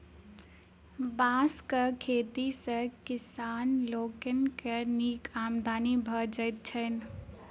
बाँसक खेती सॅ किसान लोकनि के नीक आमदनी भ जाइत छैन